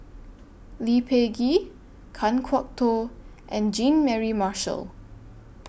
Lee Peh Gee Kan Kwok Toh and Jean Mary Marshall